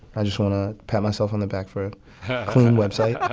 i just want to pat myself on the back for a clean website